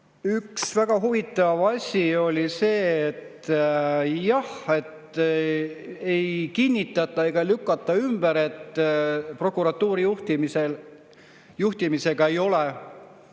Üks väga huvitav asi on see, et ei kinnitata ega lükata ümber, et prokuratuuri juhtimisega ei ole